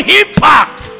impact